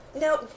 Now